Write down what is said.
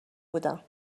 بودم